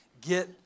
get